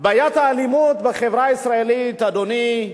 בעיית האלימות בחברה הישראלית, אדוני,